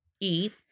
eat